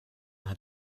hat